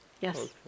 Yes